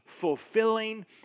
fulfilling